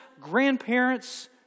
grandparents